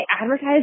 advertise